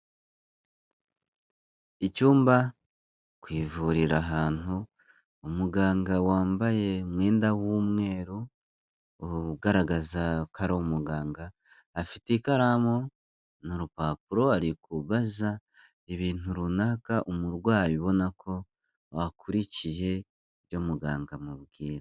Icyumba ku ivuriro ahantu, umuganga wambaye umwenda w'umweru ugaragaza ko umuganga, afite ikaramu n'urupapuro arikubaza ibintu runaka umurwayi ubona ko wakurikiye ibyo muganga amubwira.